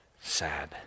sad